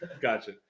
gotcha